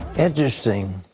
interesting.